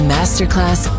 Masterclass